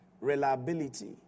reliability